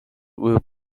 will